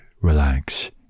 relax